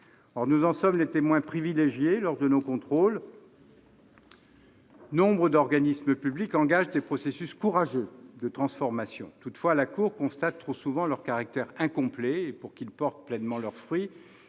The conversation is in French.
Nous en sommes les témoins privilégiés lors de nos contrôles, nombre d'organismes publics engagent des processus courageux de transformation. Toutefois, la Cour constate trop souvent leur caractère incomplet. Pour que ces démarches portent pleinement leurs fruits,